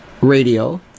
radio